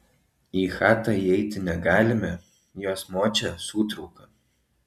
į chatą įeiti negalime jos močia sūtrauka